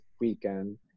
weekend